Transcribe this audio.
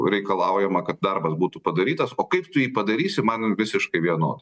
reikalaujama kad darbas būtų padarytas o kaip tu jį padarysi man visiškai vienodai